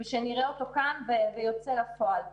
קם ויוצא לפועל.